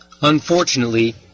Unfortunately